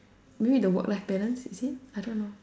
maybe the work life balance it seem I don't know